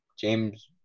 James